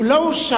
הוא לא הואשם,